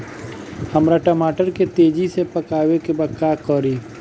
हमरा टमाटर के तेजी से पकावे के बा का करि?